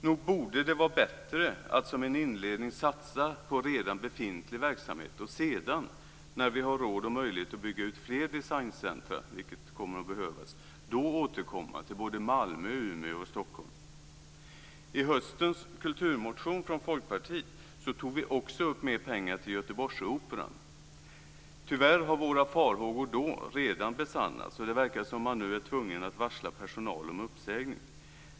Nog borde det vara bättre att som en inledning satsa på redan befintlig verksamhet och sedan, när vi har råd och möjlighet att bygga ut fler designcentrum, vilket kommer att behövas, återkomma till Malmö, I höstens kulturmotion från Folkpartiet tog vi också upp mer pengar till Göteborgsoperan. Tyvärr har våra farhågor då redan besannats, och det verkar som om man nu är tvungen att varsla personal om uppsägning.